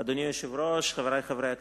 אדוני היושב-ראש, חברי חברי הכנסת,